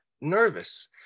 nervous